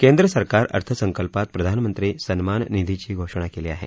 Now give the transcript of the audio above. केंद्रसरकार अर्थसंकल्पात प्रधानमंत्री सन्मान निधीची घोषणा केली आहे